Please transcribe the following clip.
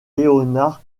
leonard